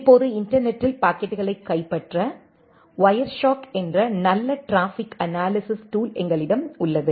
இப்போது இன்டர்நெட்டில் பாக்கெட்டுகளைப் கைப்பற்ற வயர்ஷார்க் என்ற நல்ல டிராபிக் அனாலிசிஸ் டூல் எங்களிடம் உள்ளது